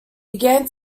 began